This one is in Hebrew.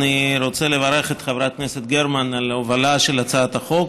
אני רוצה לברך את חברת הכנסת גרמן על ההובלה של הצעת החוק,